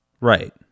Right